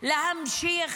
להמשיך